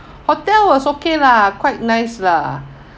hotel was okay lah quite nice lah